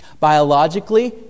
Biologically